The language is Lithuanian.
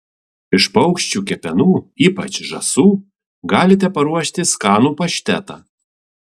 iš paukščių kepenų ypač žąsų galite paruošti skanų paštetą